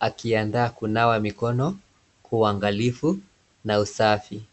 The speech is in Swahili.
akiandaa kunawa mikono kwa uangalifu na usafi.